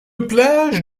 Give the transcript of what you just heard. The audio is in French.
plage